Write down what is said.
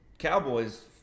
Cowboys